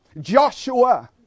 Joshua